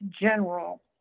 general